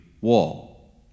wall